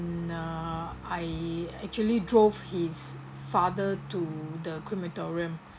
uh I actually drove his father to the crematorium